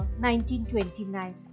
1929